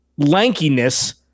lankiness